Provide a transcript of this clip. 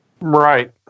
Right